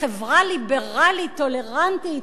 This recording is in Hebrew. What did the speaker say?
כחברה ליברלית טולרנטית,